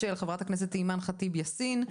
של ח"כ אימאן ח'טיב יאסין,